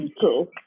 cool